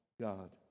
God